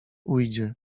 ujdzie